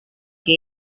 que